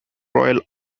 royal